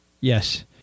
Yes